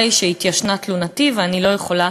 הרי שהתיישנה תלונתי ואני לא יכולה